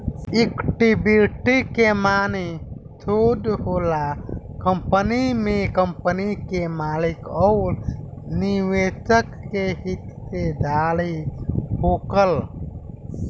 equity के माने सोज होला कंपनी में कंपनी के मालिक अउर निवेशक के हिस्सेदारी होखल